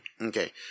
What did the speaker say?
Okay